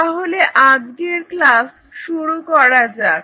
তাহলে আজকের ক্লাস শুরু করা যাক